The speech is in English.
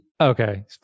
Okay